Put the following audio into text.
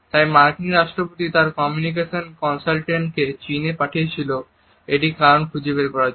তাই মার্কিন রাষ্ট্রপতি তাঁর কমিউনিকেশন কনসালটেন্টকে চীনে পাঠিয়েছিলেন এটির কারণ খুঁজে বের করার জন্য